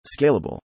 scalable